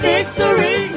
Victory